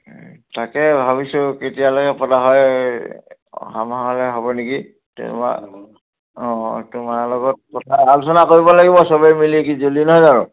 এই তাকে ভাবিছোঁ কেতিয়ালৈকে পতা হয় অহা মাহলৈ হ'ব নেকি তোমাৰ অঁ তোমাৰ লগত কথা আলোচনা কৰিব লাগিব সবেই মিলি কি নহয় জানো